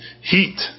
heat